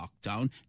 lockdown